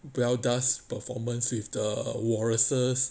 well does performance with the walruses